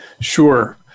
Sure